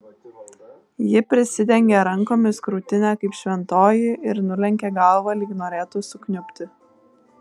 ji prisidengė rankomis krūtinę kaip šventoji ir nulenkė galvą lyg norėtų sukniubti